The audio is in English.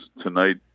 tonight